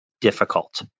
difficult